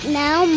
now